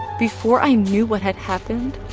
before i knew what had happened,